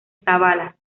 zavala